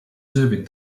serving